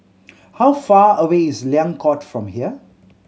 how far away is Liang Court from here